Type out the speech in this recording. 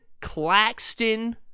Claxton